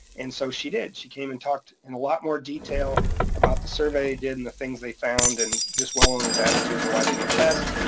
and so she did. she came and talked in a lot more detail about the survey they did and the things they found, and just well owners' attitudes and why they don't test.